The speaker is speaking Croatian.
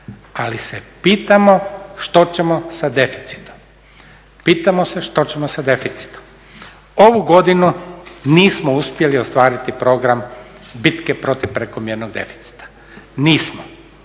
Ali se pitamo što ćemo sa deficitom, pitamo se što ćemo sa deficitom? Ovu godinu nismo uspjeli ostvariti program bitke protiv prekomjernog deficita, nismo